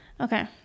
Okay